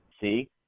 see